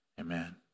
Amen